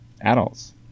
adults